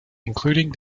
including